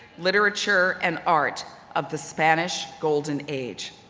literature and art of the spanish golden age.